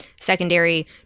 secondary